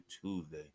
Tuesday